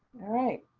alright.